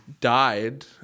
died